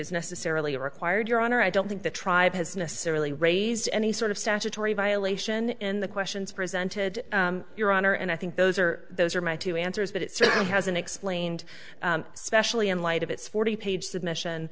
is necessarily required your honor i don't think the tribe has necessarily raised any sort of statutory violation in the questions presented your honor and i think those are those are my two answers but it certainly hasn't explained specially in light of its forty page submission